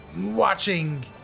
watching